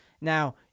Now